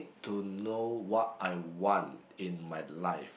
to know what I want in my life